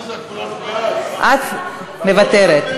מוותרת.